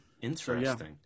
Interesting